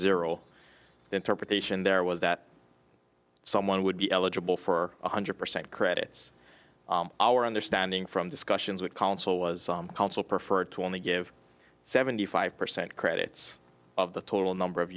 zero interpretation there was that someone would be eligible for one hundred percent credits our understanding from discussions with counsel was counsel preferred to only give seventy five percent credits of the total number of